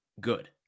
good